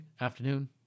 afternoon